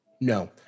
no